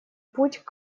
путь